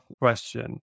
question